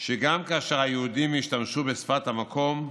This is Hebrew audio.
שגם כאשר היהודים השתמשו בשפת המקום,